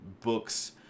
books